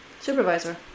supervisor